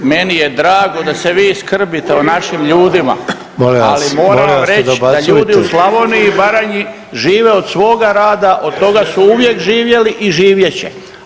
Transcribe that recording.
Meni je drago da se vi skrbite o našim ljudima [[Upadica: Molim vas, molim vas ne dobacujte.]] ali moram vam reći da ljudi u Slavoniji i Baranji žive od svoga rada od toga su uvijek živjeli i živjet će.